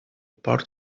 port